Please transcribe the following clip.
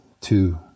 Two